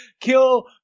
kill